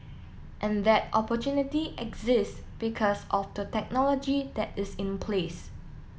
and that opportunity exist because of the technology that is in place